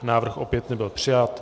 Návrh opět nebyl přijat.